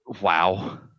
wow